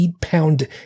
pound